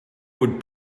would